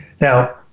Now